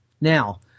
Now